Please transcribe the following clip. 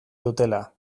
dutela